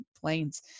planes